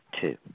two